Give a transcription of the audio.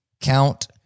count